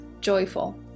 joyful